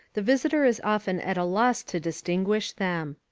the visitor is often at a loss to distinguish them.